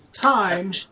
time